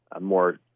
more